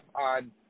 on